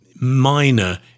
minor